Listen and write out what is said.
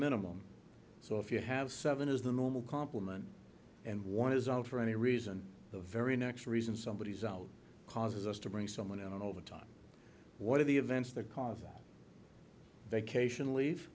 minimum so if you have seven is the normal complement and one is out for any reason the very next reason somebody is out causes us to bring someone in and over time what are the events that cause us vacation leave